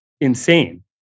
insane